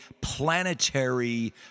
planetary